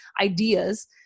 ideas